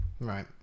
right